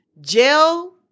Jill